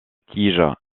tige